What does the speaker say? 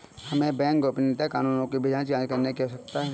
हमें बैंक गोपनीयता कानूनों की भी जांच करने की आवश्यकता है